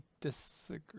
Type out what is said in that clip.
disagree